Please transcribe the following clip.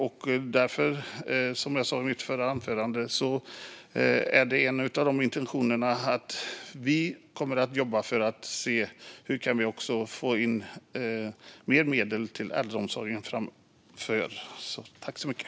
Därför är, som jag sa tidigare, en av våra intentioner att jobba för att se hur vi kan få in mer medel till äldreomsorgen framöver.